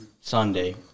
Sunday